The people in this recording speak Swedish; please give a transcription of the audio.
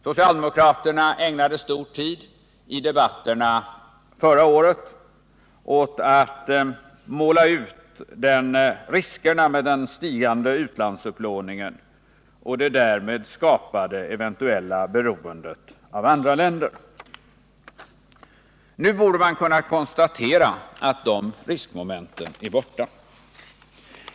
Socialdemokraterna ägnade i debatterna förra året mycket tid åt att måla ut riskerna med den stigande utlandsupplåningen och det därav skapade eventuella beroendet av andra länder. Nu borde man kunna konstatera att de riskmomenten är borta.